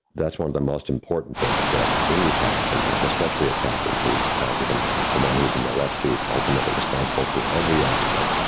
that's one of the most important things that any pilot can have, especially a captain who was the pilot in command, the one who is in the left seat, ultimately responsible for every aspect,